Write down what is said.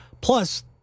Plus